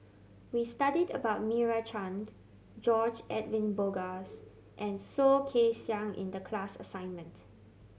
we studied about Meira Chand George Edwin Bogaars and Soh Kay Siang in the class assignment